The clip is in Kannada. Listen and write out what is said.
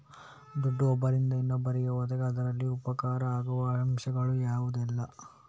ದುಡ್ಡು ಒಬ್ಬರಿಂದ ಇನ್ನೊಬ್ಬರಿಗೆ ಹೋದಾಗ ಅದರಲ್ಲಿ ಉಪಕಾರ ಆಗುವ ಅಂಶಗಳು ಯಾವುದೆಲ್ಲ?